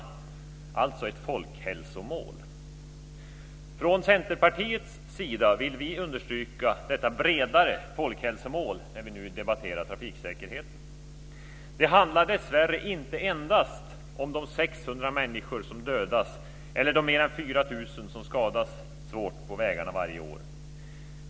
Det är alltså ett folkhälsomål. Från Centerpartiets sida vill vi understryka detta bredare folkhälsomål när vi nu debatterar trafiksäkerheten. Det handlar dessvärre inte endast om de 600 människor som dödas eller de mer än 4 000 som skadas svårt på vägarna varje år.